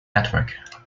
network